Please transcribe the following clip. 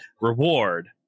reward